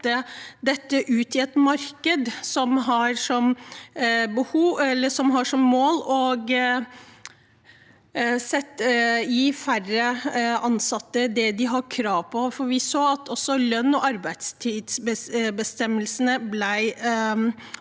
sette dette ut i et marked som har som mål å gi færre ansatte det de har krav på, for vi så at også lønn og arbeidstidsbestemmelsene var svakere